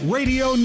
Radio